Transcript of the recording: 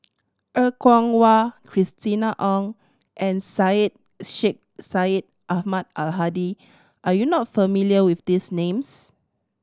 Er Kwong Wah Christina Ong and Syed Sheikh Syed Ahmad Al Hadi are you not familiar with these names